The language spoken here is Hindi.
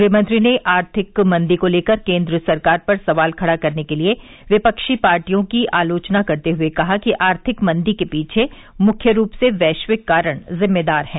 गृह मंत्री ने आर्थिक मंदी को लेकर केंद्र सरकार पर सवाल खड़ा करने के लिए विपक्षी पार्टियों की आलोचना करते हुए कहा कि आर्थिक मंदी के पीछे मुख्य रूप से वैश्विक कारण जिम्मेदार हैं